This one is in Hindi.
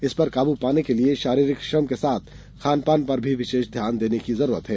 इस पर काबू पाने के लिये शारीरिक श्रम के साथ खान पान पर भी विशेष ध्यान देने की जरूरत है